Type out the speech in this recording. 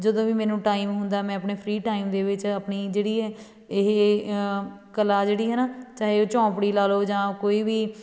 ਜਦੋਂ ਵੀ ਮੈਨੂੰ ਟਾਈਮ ਹੁੰਦਾ ਮੈਂ ਆਪਣੇ ਫ੍ਰੀ ਟਾਈਮ ਦੇ ਵਿੱਚ ਆਪਣੀ ਜਿਹੜੀ ਇਹ ਕਲਾ ਜਿਹੜੀ ਹੈ ਨਾ ਚਾਹੇ ਉਹ ਝੌਂਪੜੀ ਲਾ ਲਓ ਜਾਂ ਕੋਈ ਵੀ